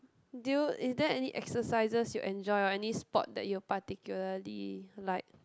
did you is there any exercises you enjoy or any sport that you particularly like